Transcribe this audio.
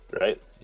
right